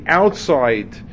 outside